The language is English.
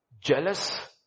Jealous